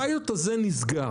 הפיילוט הזה נסגר,